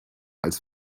als